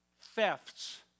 thefts